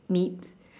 meat